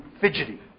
fidgety